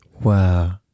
Wow